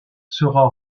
sera